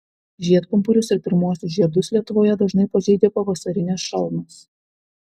žiedpumpurius ir pirmuosius žiedus lietuvoje dažnai pažeidžia pavasarinės šalnos